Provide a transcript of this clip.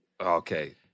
Okay